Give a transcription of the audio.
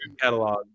catalog